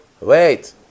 wait